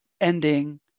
ending